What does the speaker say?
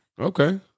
Okay